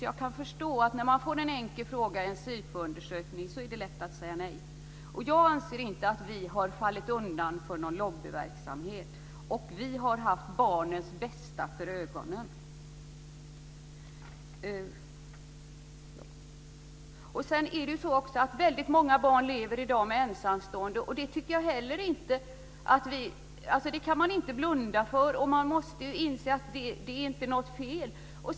Jag kan förstå att det är lätt att svara nej när man får en enkel fråga i en SIFO-undersökning. Jag anser inte att vi har fallit undan för någon lobbyverksamhet. Väldigt många barn lever i dag med ensamstående föräldrar, och det kan man inte heller blunda för. Man måste inse att det inte är fel.